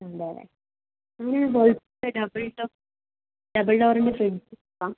ഉണ്ടല്ലെ അങ്ങനെ ആണെ വേൾപൂളിൻ്റ ഡബിൾ ഡോർ ഡബിൾ ഡോറിൻ്റ ഫ്രിഡ്ജ് നോക്കാം